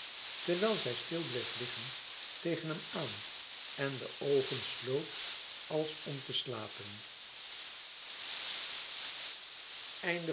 terwijl zij stil liggen bleef tegen hem aan en de oogen sloot als om te slapen